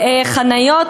חניות,